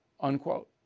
Unquote